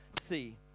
See